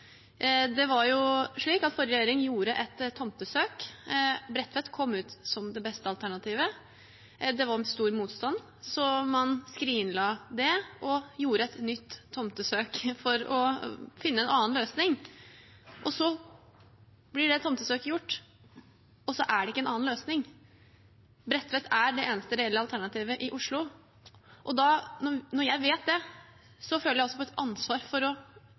beste alternativet. Det var stor motstand, så man skrinla det og gjorde et nytt tomtesøk for å finne en annen løsning. Så blir det tomtesøket gjort, men det er ingen annen løsning. Bredtvet er det eneste reelle alternativet i Oslo. Når jeg vet det, føler jeg også på et ansvar for å